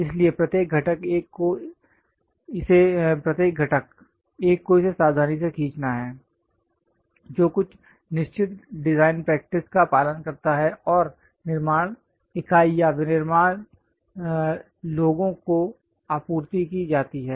इसलिए प्रत्येक घटक एक को इसे सावधानी से खींचना है जो कुछ निश्चित डिजाइन प्रैक्टिसेस का पालन करता है और निर्माण इकाई या विनिर्माण लोगों को आपूर्ति की जाती है